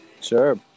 Sure